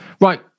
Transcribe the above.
Right